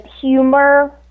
humor